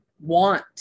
want